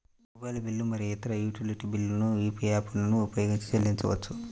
mobile బిల్లులు మరియు ఇతర యుటిలిటీ బిల్లులను యూ.పీ.ఐ యాప్లను ఉపయోగించి చెల్లించవచ్చు